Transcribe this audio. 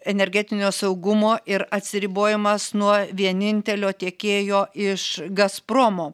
energetinio saugumo ir atsiribojimas nuo vienintelio tiekėjo iš gazpromo